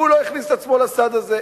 הוא לא הכניס את עצמו לסד הזה,